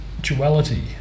duality